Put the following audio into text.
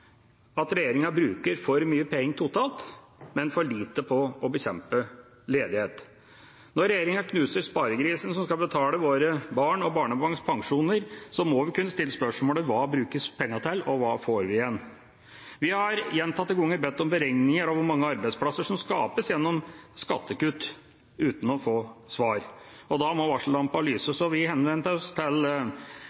at regjeringa bruker for mye penger totalt, men for lite på å bekjempe ledigheten. Når regjeringa knuser sparegrisen som skal betale våre barn og barnebarns pensjoner, må vi kunne stille spørsmålet: Hva brukes pengene til, og hva får vi igjen? Vi har gjentatte ganger bedt om beregninger av hvor mange arbeidsplasser som skapes gjennom skattekutt, uten å få svar. Da må